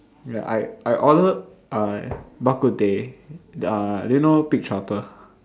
ya I I ordered uh bak-kut-teh uh do you know pig trotter